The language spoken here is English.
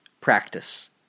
practice